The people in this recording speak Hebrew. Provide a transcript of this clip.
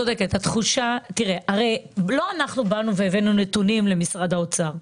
הרי לא אנחנו הבאנו נתונים למשרד האוצר,